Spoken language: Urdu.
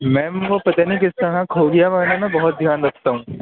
میم وہ پتا نہیں کس طرح کھو گیا ورنہ میں بہت دھیان رکھتا ہوں